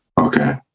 Okay